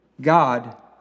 God